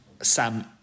Sam